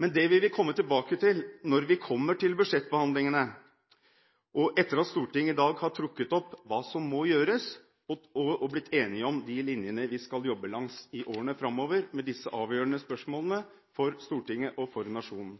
Men det vil vi komme tilbake til når vi kommer til budsjettbehandlingene, etter at Stortinget i dag har trukket opp hva som må gjøres, og blitt enige om de linjene vi skal jobbe langs i årene framover med disse avgjørende spørsmålene for Stortinget og for nasjonen.